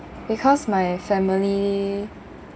because my family